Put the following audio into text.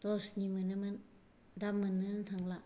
दसनि मोनो मोन दा मोनोमोन थांला